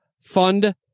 fund